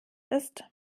ist